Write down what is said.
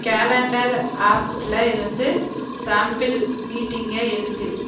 calendar ஆப்ஸ்சில் இருந்து sample மீட்டிங்கை எடுத்துடு